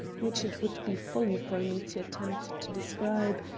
which it would be folly for me to attempt to describe,